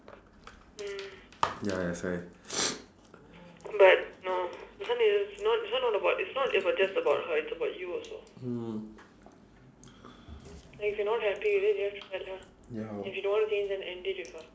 ya that's why mm ya